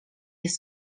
jest